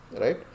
right